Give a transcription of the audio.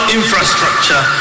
infrastructure